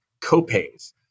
copays